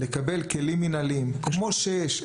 לקבל כלים מנהליים כמו שיש,